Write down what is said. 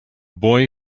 boy